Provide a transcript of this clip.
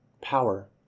Power